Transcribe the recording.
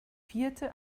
vierte